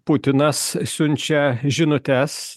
putinas siunčia žinutes